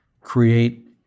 create